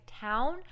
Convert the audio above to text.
town